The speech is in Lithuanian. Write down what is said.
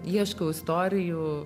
ieškau istorijų